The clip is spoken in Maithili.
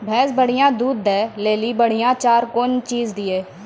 भैंस बढ़िया दूध दऽ ले ली बढ़िया चार कौन चीज दिए?